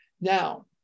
Now